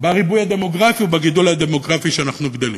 בריבוי הדמוגרפי ובגידול הדמוגרפי שאנחנו גדלים.